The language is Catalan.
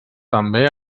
també